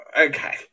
Okay